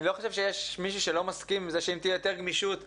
אני לא חושב שיש מישהו שלא מסכים לזה שאם תהיה יותר גמישות לרשויות,